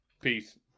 Peace